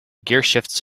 gearshifts